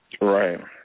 right